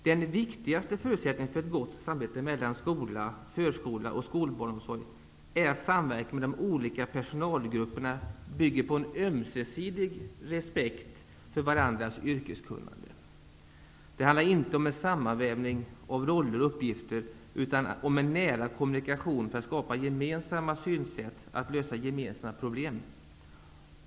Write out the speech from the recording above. Den viktigaste förutsättningen för ett gott samarbete mellan skola, förskola och skolbarnomsorg är att samverkan mellan de olika personalgrupperna bygger på en ömsesidig respekt för varandras yrkeskunnande. Det handlar inte om en sammanvävning av roller och uppgifter utan om en nära kommunikation för att skapa gemensamma synsätt och lösa gemensamma problem.